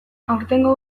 aurtengo